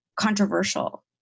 controversial